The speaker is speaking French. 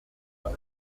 sens